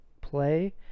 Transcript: play